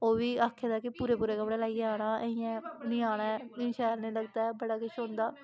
ओह् बी आखे दा कि पूरे पूरे कपड़े लाइयै आना इटयां निं आना ऐ शैल निं लगदा ऐ बड़ा किश होंदा